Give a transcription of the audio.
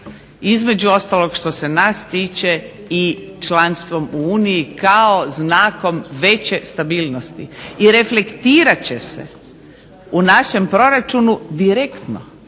između ostalog što se nas tiče i članstvom u Uniji kao znakom veće stabilnosti i reflektirat će se u našem proračunu direktno.